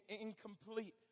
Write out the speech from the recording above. incomplete